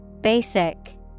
Basic